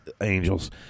angels